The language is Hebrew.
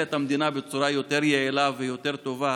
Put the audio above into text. את המדינה בצורה יותר יעילה ויותר טובה,